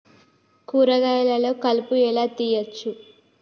కూరగాయలలో కలుపు ఎలా తీయచ్చు?